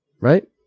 right